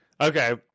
Okay